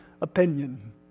opinion